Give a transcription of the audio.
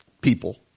people